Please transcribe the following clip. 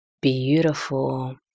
beautiful